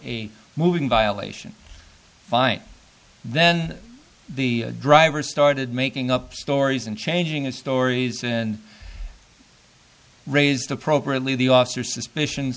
a moving violation fine then the driver started making up stories and changing his stories and raised